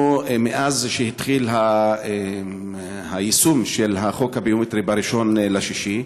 מאז שהתחיל היישום של החוק הביומטרי ב-1 ביוני,